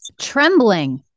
Trembling